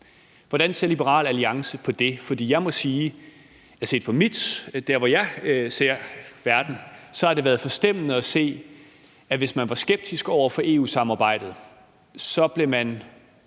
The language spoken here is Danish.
Hvordan ser Liberal Alliance på det? For jeg må sige, at derfra, hvor jeg ser verden, har det været forstemmende at se, at hvis man var skeptisk over for EU-samarbejdet, blev man